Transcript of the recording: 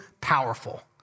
powerful